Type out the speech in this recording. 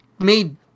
made